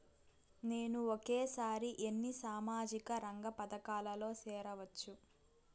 నేను ఒకేసారి ఎన్ని సామాజిక రంగ పథకాలలో సేరవచ్చు?